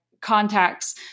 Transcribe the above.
contacts